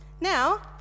Now